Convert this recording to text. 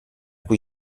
cui